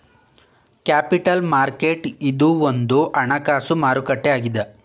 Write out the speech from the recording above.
capital market ಇದು ಒಂದು ಹಣಕಾಸು ಮಾರುಕಟ್ಟೆ ಆಗಿದೆ